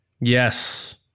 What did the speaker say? yes